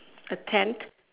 a tent